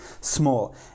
small